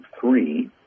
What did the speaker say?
three